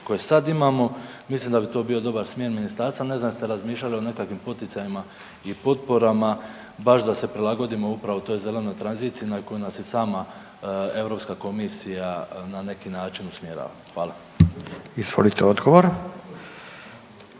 koje sad imamo. Mislim da bi to bio dobar smjer ministarstva, ne znam jeste li razmišljali o nekakvim poticajima i potporama baš da se prilagodimo upravo toj zelenoj tranziciji na koju nas i sama Europska komisija na neki način usmjerava. Hvala. **Radin, Furio